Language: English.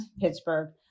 Pittsburgh